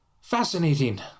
Fascinating